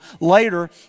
later